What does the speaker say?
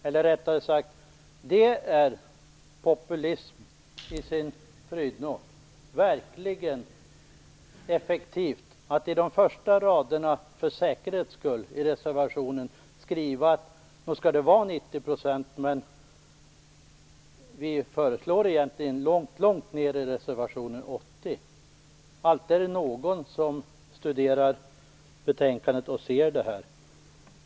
Eller rättare sagt: det är populism i sin prydno. Det är verkligen effektivt att i de första raderna i reservationen för säkerhets skull skriva att det skall vara 90 %, men långt ner i reservationstexten föreslå 80 %. Alltid är det någon som studerar betänkandet och ser detta.